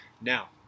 Now